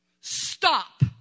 Stop